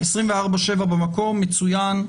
24/7 במקום מצוין,